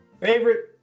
favorite